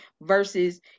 versus